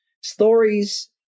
stories